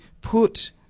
put